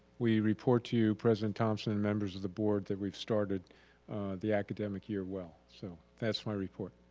we report to you president thomson and members of the board that we've started the academic year well so that's my report.